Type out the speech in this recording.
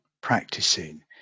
practicing